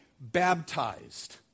baptized